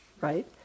right